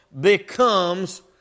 becomes